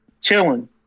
Chilling